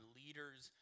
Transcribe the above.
leaders